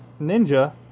Ninja